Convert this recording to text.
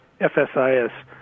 FSIS